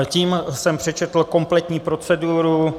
Tím jsem přečetl kompletní proceduru.